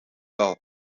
wel